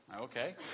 Okay